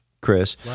Chris